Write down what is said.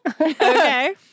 Okay